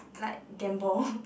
like gamble